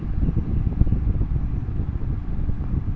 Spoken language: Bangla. মোটর গাছের ফলন বৃদ্ধির কি কোনো উপায় আছে?